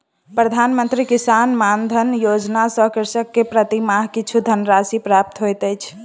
प्रधान मंत्री किसान मानधन योजना सॅ कृषक के प्रति माह किछु धनराशि प्राप्त होइत अछि